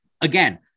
Again